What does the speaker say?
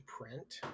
print